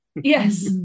Yes